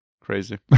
Crazy